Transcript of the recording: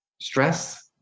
stress